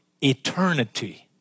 eternity